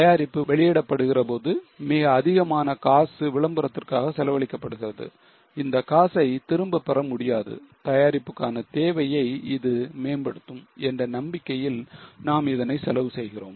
தயாரிப்பு வெளியிடப்படுகிற போது மிக அதிகமான காசு விளம்பரத்திற்காக செலவழிக்கப்படுகிறது அந்தக் காசை திரும்ப பெற முடியாது தயாரிப்புக்கான தேவையை இது மேம்படுத்தும் என்ற நம்பிக்கையில் நாம் இதனை செலவு செய்கிறோம்